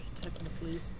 technically